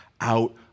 out